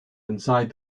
inside